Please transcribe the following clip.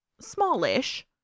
smallish